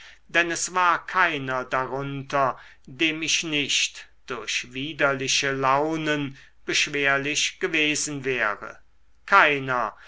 denn es war keiner darunter dem ich nicht durch widerliche launen beschwerlich gewesen wäre keiner